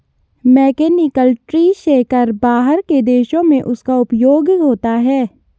mechanical tree shaker बाहर के देशों में उसका उपयोग होता है